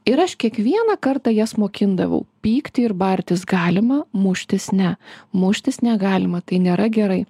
ir aš kiekvieną kartą jas mokindavau pykti ir bartis galima muštis ne muštis negalima tai nėra gerai